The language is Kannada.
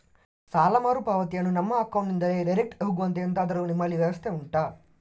ಸಾಲ ಮರುಪಾವತಿಯನ್ನು ನಮ್ಮ ಅಕೌಂಟ್ ನಿಂದಲೇ ಡೈರೆಕ್ಟ್ ಹೋಗುವಂತೆ ಎಂತಾದರು ನಿಮ್ಮಲ್ಲಿ ವ್ಯವಸ್ಥೆ ಉಂಟಾ